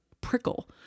prickle